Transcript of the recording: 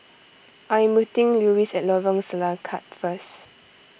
I am meeting Luis at Lorong Selangat first